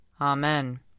Amen